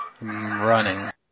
running